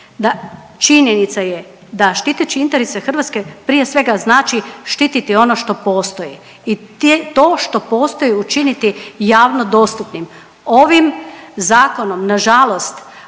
činjenica je da štiteći interese Hrvatske prije svega znači štititi ono što postoji i to što postoji učiniti javno dostupnim. Ovim zakonom nažalost